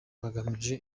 bagamije